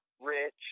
rich